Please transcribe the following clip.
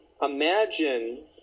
Imagine